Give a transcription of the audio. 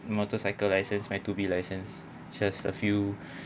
motorcycle license my two b license just a few